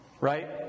Right